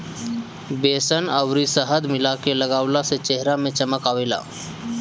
बेसन अउरी शहद मिला के लगवला से चेहरा में चमक आवेला